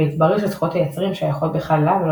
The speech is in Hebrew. והתברר שזכויות היוצרים שייכות בכלל לה ולא